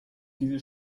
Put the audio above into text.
diese